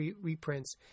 reprints